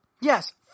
Yes